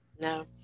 No